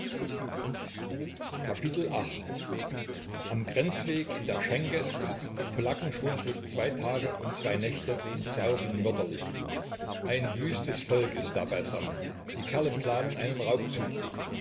am grenzweg in der schänke sitzen die polacken schon durch zwei tage und zwei nächte und saufen mörderlich ein wüstes volk ist da beisammen die kerle planen einen raubzug